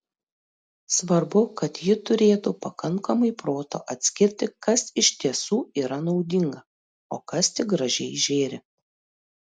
svarbu kad ji turėtų pakankamai proto atskirti kas iš tiesų yra naudinga o kas tik gražiai žėri